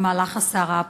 במהלך הסערה הפוליטית.